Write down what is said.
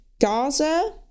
Gaza